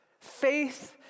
Faith